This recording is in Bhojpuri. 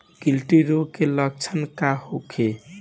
गिल्टी रोग के लक्षण का होखे?